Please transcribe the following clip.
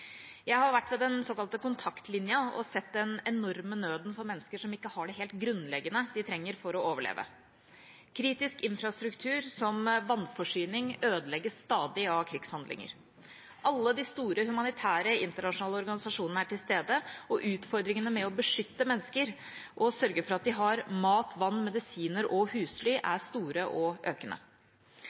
Jeg har vært ved den såkalte kontaktlinja og sett den enorme nøden for mennesker som ikke har det helt grunnleggende de trenger for å overleve. Kritisk infrastruktur som vannforsyning ødelegges stadig av krigshandlinger. Alle de store humanitære internasjonale organisasjonene er til stede, og utfordringene med å beskytte mennesker og sørge for at de har mat, vann, medisiner og husly er store og økende.